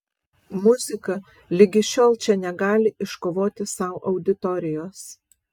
muzika ligi šiol čia negali iškovoti sau auditorijos